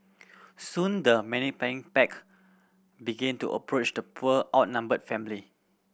soon the pack begin to approach the poor outnumbered family